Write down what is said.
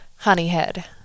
honeyhead